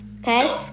okay